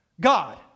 God